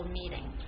meeting